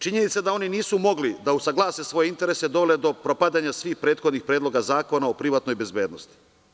Činjenica da oni nisu mogli da usaglase svoje interese dovode do propadanja svih prethodnih predloga zakona o privatnoj bezbednosti.